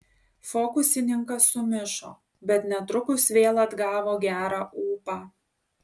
fokusininkas sumišo bet netrukus vėl atgavo gerą ūpą